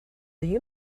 you